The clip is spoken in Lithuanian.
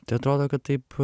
tai atrodo kad taip